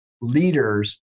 leaders